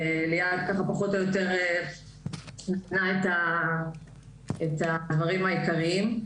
ליאת פחות או יותר נתנה את הדברים העיקריים.